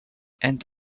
and